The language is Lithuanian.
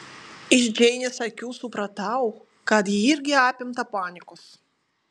iš džeinės akių supratau kad ji irgi apimta panikos